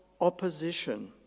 opposition